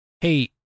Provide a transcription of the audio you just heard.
Hey